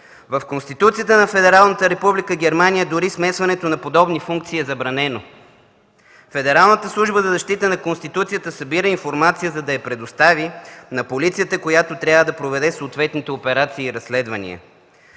В Конституцията на Федерална република Германия дори смесването на подобни функции е забранено. Федералната служба за защита на Конституцията събира информация, за да я предостави на полицията, която трябва да проведе съответните операции и разследвания.